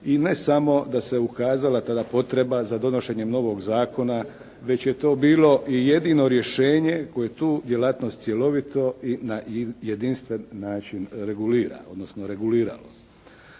i ne samo da se ukazala tada potreba za donošenjem novog zakona, već je to bilo i jedino rješenje koju tu djelatnost cjelovito i na jedinstven način regulira odnosno reguliralo.